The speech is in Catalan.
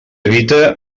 evite